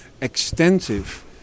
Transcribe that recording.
extensive